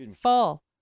Fall